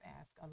ask